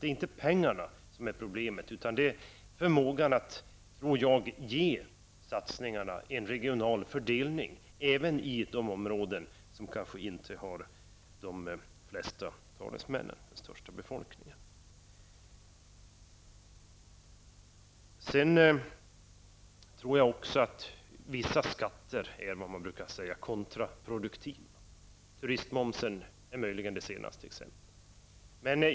Det är inte pengarna som är problemet utan det är, tror jag, förmågan att ge satsningarna en riktig regional fördelning, att satsa även i de områden som kanske inte har de flesta talesmännen, den största befolkningen. Vidare tror jag att vissa skatter är vad man brukar kalla kontraproduktiva. Turistmomsen är möjligen det senaste exemplet.